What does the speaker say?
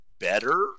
Better